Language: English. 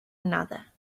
another